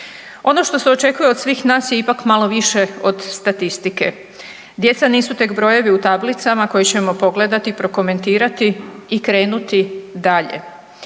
Ono što se očekuje od svih nas je ipak malo više od statistike, djeca nisu tek brojevi u tablicama koje ćemo pogledati, prokomentirati i krenuti dalje.